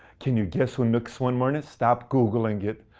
can you guess who nick swinmurn is? stop googling it!